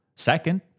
Second